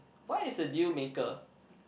what is a deal maker